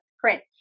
print